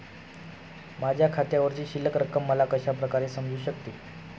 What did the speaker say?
माझ्या खात्यावरची शिल्लक रक्कम मला कशा प्रकारे समजू शकते?